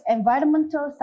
Environmental